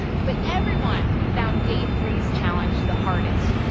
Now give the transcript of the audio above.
but everyone found day three's challenge the hardest.